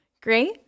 Great